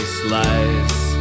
slice